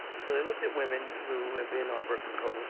so they looked at women who have been on birth control,